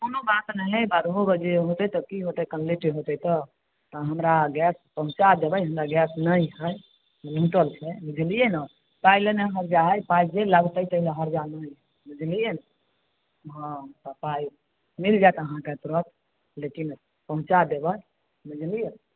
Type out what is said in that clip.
कोनो बात नहि हय बारहो बजे होयतै तऽ की होयतै कनि लेटे होयतै तऽ हमरा गैस पहुँचा देबै हमरा गैस नहि हय उङ्गटल छै बुझलियै ने पाइ लऽ नहि हर्जा हय पाइ जे लागतै ताहि लऽ हर्जा नहि हय बुझलियै ने हँ तऽ पाइ मिल जायत अहाँकेँ तुरत लेकिन पहुँचा देबै बुझलियै